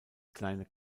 kleine